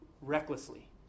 recklessly